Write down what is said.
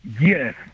Yes